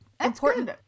important